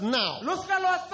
now